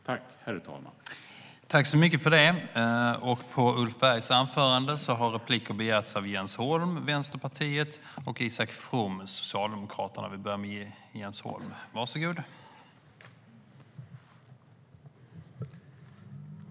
Jag yrkar bifall till utskottets förslag.